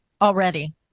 already